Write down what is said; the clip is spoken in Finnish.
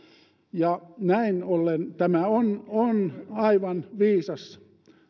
ja näin ollen tämä on on aivan viisas